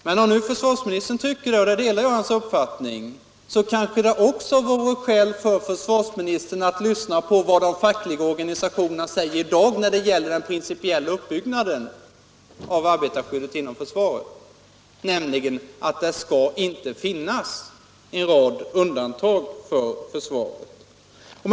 Men när nu försvarsministern tycker det — och där delar jag hans uppfattning — kanske det också vore skäl för försvarsministern att lyssna på vad de fackliga organisationerna säger i dag om den principiella uppbyggnaden av arbetarskyddet inom försvaret, nämligen att det inte skall finnas en rad undantag för försvaret.